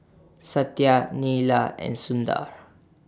Satya Neila and Sundar